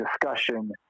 discussion